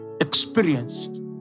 experienced